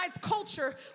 culture